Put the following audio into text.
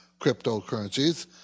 cryptocurrencies